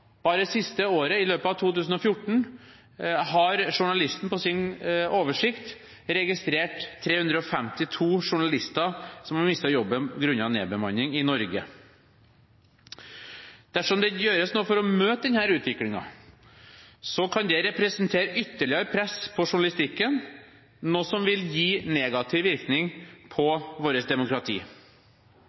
Bare i løpet av siste året, 2014, har Journalisten i sin oversikt registrert 352 journalister som har mistet jobben grunnet nedbemanning i Norge. Dersom det ikke gjøres noe for å møte denne utviklingen, kan det representere ytterligere press på journalistikken, noe som vil gi negativ virkning på vårt demokrati.